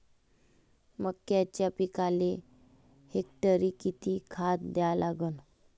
मक्याच्या पिकाले हेक्टरी किती खात द्या लागन?